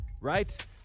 Right